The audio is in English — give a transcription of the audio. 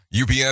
UPS